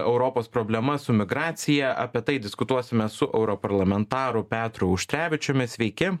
europos problemas su migracija apie tai diskutuosime su europarlamentaru petru auštrevičiumi sveiki